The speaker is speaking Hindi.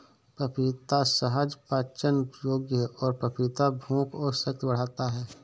पपीता सहज पाचन योग्य है और पपीता भूख और शक्ति बढ़ाता है